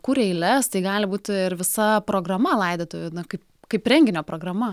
kūrė eiles tai gali būt ir visa programa laidotuvių na kaip kaip renginio programa